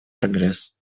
прогресс